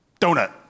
Donut